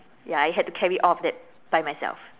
ya I had to carry all of that by myself